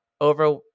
over